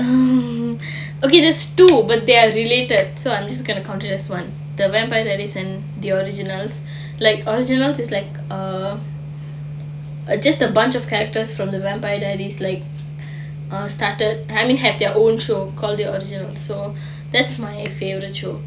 okay there's two but they are related so I'm just going to count them as one the vampire diaries and the originals like original is like err err just a bunch of characters from the vampire diaries like started I mean have their own show call the originals so that's my favourite show